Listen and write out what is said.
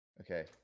Okay